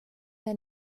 der